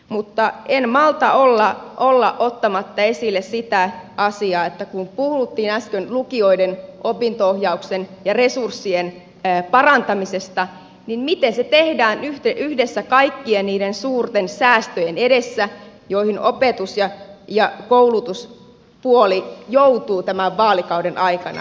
mutta en malta olla ottamatta esille sitä asiaa kun puhuttiin äsken lukijoiden opinto ohjauksen ja resurssien parantamisesta miten se tehdään yhdessä kaikkien niiden suurten säästöjen edessä joihin opetus ja koulutuspuoli joutuu tämän vaalikauden aikana